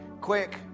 Quick